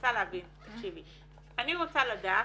מנסה להבין, אני רוצה לדעת,